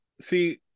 see